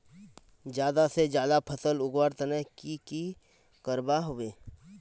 ज्यादा से ज्यादा फसल उगवार तने की की करबय होबे?